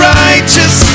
righteous